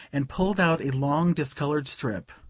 and pulled out a long discoloured strip.